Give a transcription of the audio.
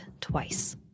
twice